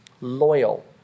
loyal